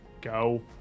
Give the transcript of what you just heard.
go